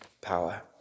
power